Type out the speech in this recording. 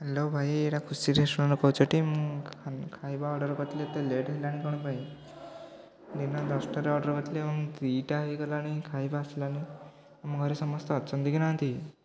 hello ଭାଇ ଏଇଟା ଖୁସି ରେଷ୍ଟରାଣ୍ଟରୁ କହୁଛ ଟି ମୁଁ ଖାଇବା ଅର୍ଡ଼ର କରିଥିଲି ଏତେ ଲେଟ୍ ହେଲାଣି କ'ଣ ପାଇଁ ଦିନ ଦଶଟାରେ ଅର୍ଡ଼ର କରିଥିଲି ଏବଂ ଦୁଇଟା ହେଇଗଲାଣି ଖାଇବା ଆସିଲାନି ଆମ ଘରେ ସମସ୍ତେ ଅଛନ୍ତି କି ନାହାନ୍ତି